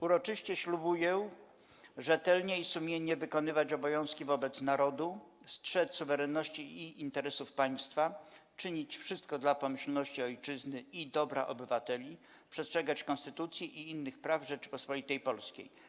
Uroczyście ślubuję rzetelnie i sumiennie wykonywać obowiązki wobec Narodu, strzec suwerenności i interesów Państwa, czynić wszystko dla pomyślności Ojczyzny i dobra obywateli, przestrzegać Konstytucji i innych praw Rzeczypospolitej Polskiej”